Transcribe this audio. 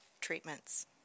treatments